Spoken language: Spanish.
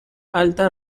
alta